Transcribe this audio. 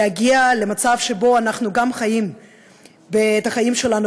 להגיע למצב שבו אנחנו חיים את החיים שלנו